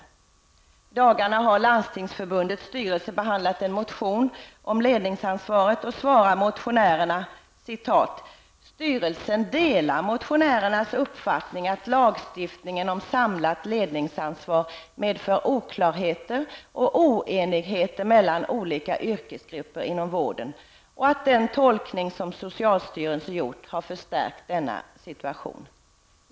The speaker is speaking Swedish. I dagarna har Landstingsförbundets styrelse behandlat en motion om ledningsansvaret och svarar motionärerna: Styrelsen delar motionärernas uppfattning att lagstiftningen om samlat ledningsansvar medför oklarheter och oenigheter mellan olika yrkesgrupper inom vården och att den tolkning som socialstyrelsen gjort har förstärkt denna situation.